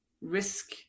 risk